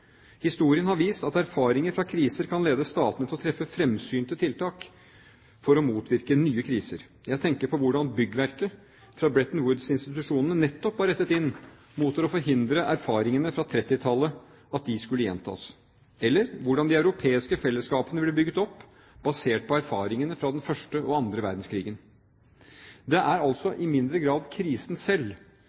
Historien har vist at erfaringer fra kriser kan lede statene til å treffe fremsynte tiltak for å motvirke nye kriser. Jeg tenker på hvordan byggverket fra Bretton Woods-institusjonene nettopp var rettet inn mot å forhindre at erfaringene fra 1930-tallet skulle gjentas, eller hvordan de europeiske fellesskapene ble bygget opp, basert på erfaringene fra den første og andre verdenskrigen. Det er altså i mindre grad krisen selv